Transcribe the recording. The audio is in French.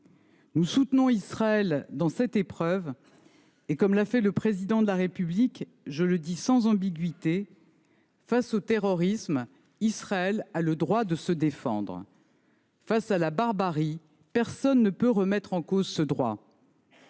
Nous soutenons Israël dans cette épreuve. Comme le Président de la République, je le dis sans ambiguïté : face au terrorisme, Israël a le droit de se défendre. Face à la barbarie, personne ne peut remettre en cause ce droit.